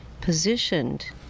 positioned